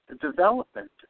Development